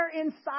inside